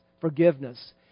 forgiveness